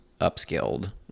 upscaled